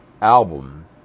album